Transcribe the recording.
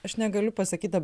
aš negaliu pasakyt da